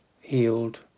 healed